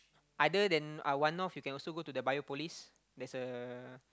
other than uh One-North you can also go to Biopolis there's a